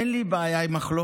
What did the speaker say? אין לי בעיה עם מחלוקת.